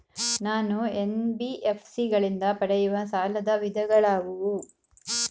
ನಾನು ಎನ್.ಬಿ.ಎಫ್.ಸಿ ಗಳಿಂದ ಪಡೆಯುವ ಸಾಲದ ವಿಧಗಳಾವುವು?